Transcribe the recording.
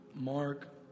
Mark